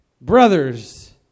brothers